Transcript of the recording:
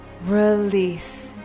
Release